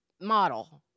model